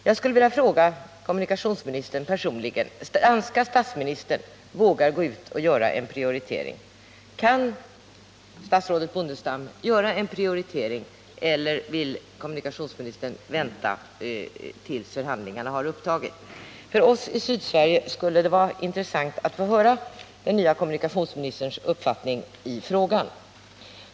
Jag skulle vilja fråga kommunikationsministern personligen: Den danske statsministern vågar gå ut och göra en prioritering, kan statsrådet Bondestam göra en prioritering eller vill kommunikationsministern vänta tills förhandlingarna har upptagits? För oss i Sydsverige skulle det vara intressant att få höra den nya kommunikationsministerns uppfattning i frågan.